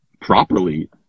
properly